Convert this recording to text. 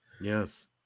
yes